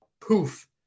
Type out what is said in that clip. poof